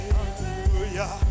Hallelujah